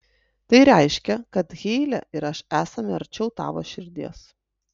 tai reiškia kad heile ir aš esame arčiau tavo širdies